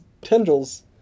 tendrils